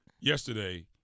yesterday